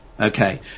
Okay